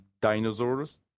dinosaurs